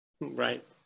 Right